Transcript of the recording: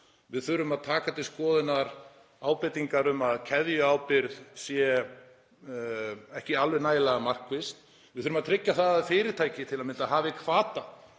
Við þurfum að taka til skoðunar ábendingar um að keðjuábyrgð sé ekki alveg nægilega markviss. Við þurfum að tryggja til að mynda að fyrirtæki hafi hvata